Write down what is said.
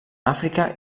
àfrica